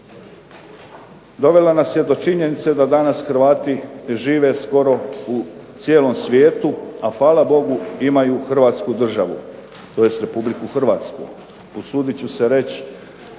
dovela nas je do činjenice da danas Hrvati žive skoro u cijelom svijetu, a hvala Bogu imaju Hrvatsku državu tj. Republiku Hrvatsku. Usudit ću se reći